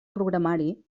programari